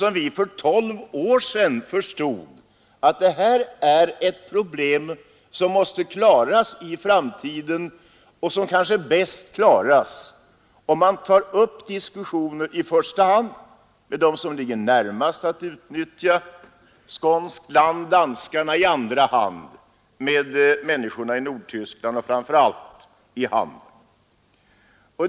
Men redan för tolv år sedan förstod vi att detta var ett problem som måste klaras i framtiden och som bäst klaras om man tar upp diskussioner i första hand med dem som ligger närmast till för att utnyttja skånskt land, danskarna, i andra hand med människorna i Nordtyskland, framför allt i Hamburg.